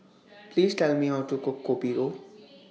Please Tell Me How to Cook Kopi O